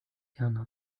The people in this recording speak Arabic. كان